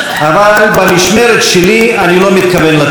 אבל במשמרת שלי אני לא מתכוון לתת לזה יד.